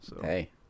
Hey